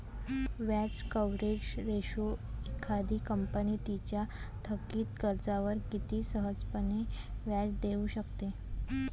व्याज coverage ratio एखादी company तिच्या थकित कर्जावर किती सहजपणे व्याज देऊ शकते